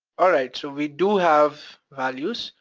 alright, so we do have values,